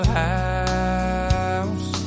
house